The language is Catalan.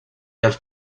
els